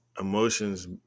emotions